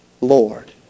Lord